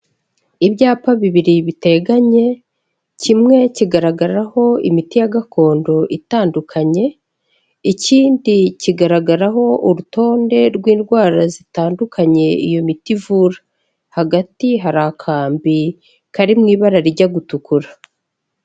Ibyapa bibiri biteganye, kimwe kigaragaraho imiti ya gakondo itandukanye ikindi kigaragaraho urutonde rw'indwara zitandukanye iyo miti ivura, hagati hari akambi kari mu ibara rijya gutukura.